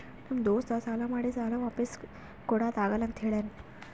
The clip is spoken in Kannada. ನಮ್ ದೋಸ್ತ ಸಾಲಾ ಮಾಡಿ ಸಾಲಾ ವಾಪಿಸ್ ಕುಡಾದು ಆಗಲ್ಲ ಅಂತ ಹೇಳ್ಯಾನ್